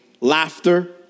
laughter